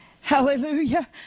Hallelujah